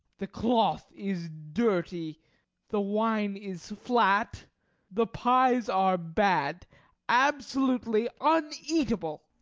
the cloth is dirty the wine is flat the pies are bad absolutely uneatable!